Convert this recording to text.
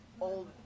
old